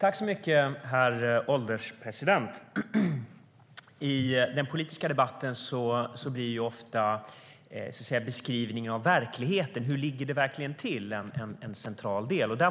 Herr ålderspresident! I den politiska debatten blir beskrivningen av verkligheten ofta en central del.